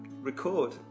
record